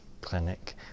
clinic